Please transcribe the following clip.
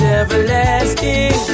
everlasting